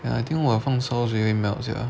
ya I think 我的放烧水会 melt sia